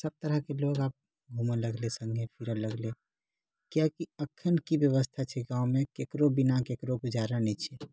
सभ तरहकेँ लोक आब घुमए लगलै सङ्गे फिरए लगलै कियाकी अखन की व्यवस्था छै गाँवमे केकरो बिना केकरो गुजारा नहि छै